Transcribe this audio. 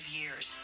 years